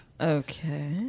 Okay